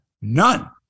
None